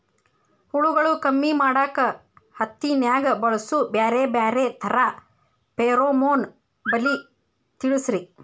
ಹುಳುಗಳು ಕಮ್ಮಿ ಮಾಡಾಕ ಹತ್ತಿನ್ಯಾಗ ಬಳಸು ಬ್ಯಾರೆ ಬ್ಯಾರೆ ತರಾ ಫೆರೋಮೋನ್ ಬಲಿ ತಿಳಸ್ರಿ